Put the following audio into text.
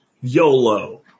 YOLO